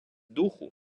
духу